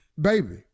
Baby